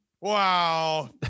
wow